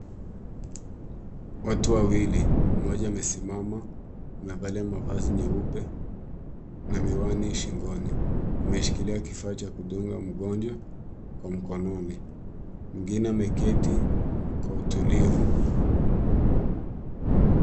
Watu wawili, mmoja amesimama amevalia mavazi nyeupe na miwani shingoni. Ameshikilia kifaa cha kudunga mgonjwa kwa mkononi. Mwingine ameketi kwa utulivu.